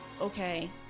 okay